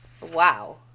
Wow